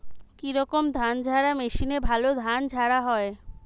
কি রকম ধানঝাড়া মেশিনে ভালো ধান ঝাড়া হয়?